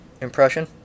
impression